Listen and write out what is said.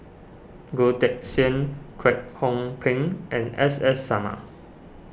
Goh Teck Sian Kwek Hong Png and S S Sarma